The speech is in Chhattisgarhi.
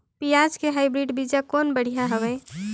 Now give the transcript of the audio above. पियाज के हाईब्रिड बीजा कौन बढ़िया हवय?